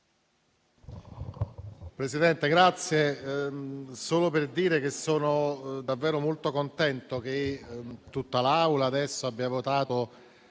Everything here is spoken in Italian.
Presidente, intervengo solo per dire che sono davvero molto contento che tutta l'Aula abbia votato